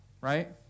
right